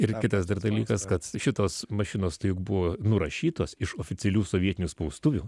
ir kitas dar dalykas kad šitos mašinos tai buvo nurašytos iš oficialių sovietinių spaustuvių